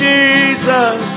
Jesus